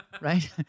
Right